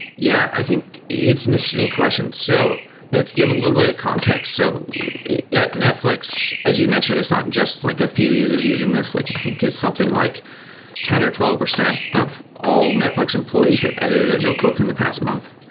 yeah. i think it's an interesting question. so to give a little bit of context, so at netflix as you've mentioned, it's not just like a few users using this. like i think it's something like ten or twelve percent of all netflix employees have edited a notebook in the past month.